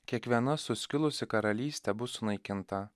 kiekviena suskilusi karalystė bus sunaikinta